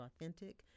authentic